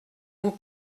vous